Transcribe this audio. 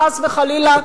חס וחלילה,